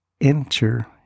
enter